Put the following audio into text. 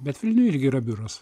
bet vilniuj irgi yra biuras